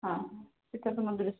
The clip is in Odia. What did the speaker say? ହଁ ଶ୍ରୀକ୍ଷେତ୍ର ମନ୍ଦିର ସେ